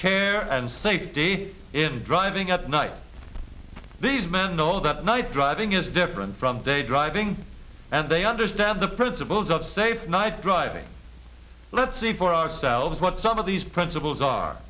care and safety is driving up night these men know that night driving is different from day driving and they understand the principles of safe night driving let's see for ourselves what some of these principles are